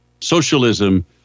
Socialism